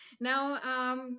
Now